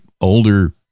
older